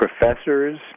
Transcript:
Professors